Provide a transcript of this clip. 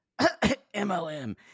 MLM